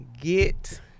get